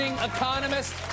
economist